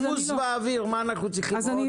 הפולמוס באוויר, מה אנחנו צריכים עוד?